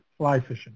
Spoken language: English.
FlyFishing